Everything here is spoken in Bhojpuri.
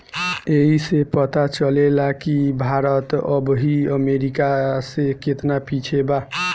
ऐइसे पता चलेला कि भारत अबही अमेरीका से केतना पिछे बा